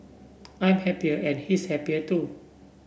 I'm happier and he's happier too